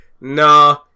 Nah